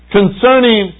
Concerning